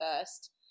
first